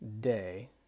day